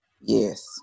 Yes